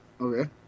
Okay